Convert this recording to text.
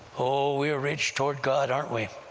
oh, we're rich toward god, aren't we?